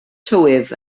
tywydd